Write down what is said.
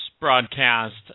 broadcast